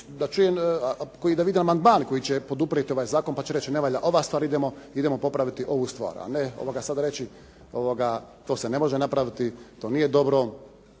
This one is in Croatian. da čujem, da vidim amandman koji će poduprijeti ovaj zakon pa će reći ne valja ova stvar, idemo popraviti ovu stvar, a ne sad reći to se ne može napraviti, to nije dobro.